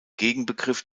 gegenbegriff